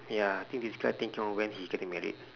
ya I think this guy thinking of when he is getting married